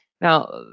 Now